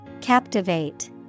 captivate